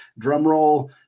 drumroll